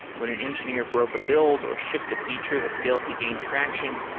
when an engineer broke a build, or shipped a feature that failed to gain traction,